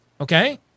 okay